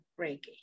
reiki